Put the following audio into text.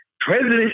President